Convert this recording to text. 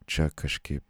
čia kažkaip